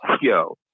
yo